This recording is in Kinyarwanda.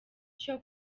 cyo